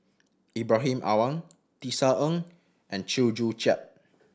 Ibrahim Awang Tisa Ng and Chew Joo Chiat